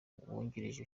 wungirije